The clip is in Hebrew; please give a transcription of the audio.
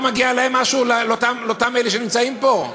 לא מגיע להם משהו, לאותם אלה שנמצאים פה?